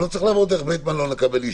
הוא לא צריך לעבור דרך בית מלון לקבל אישור.